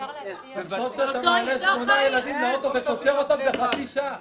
תחשוב שאתה מעלה שמונה ילדים לאוטובוס וקושר אותם זה חצי שעה.